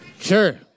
Sure